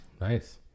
Nice